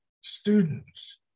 students